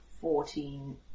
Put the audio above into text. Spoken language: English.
fourteen